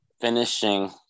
finishing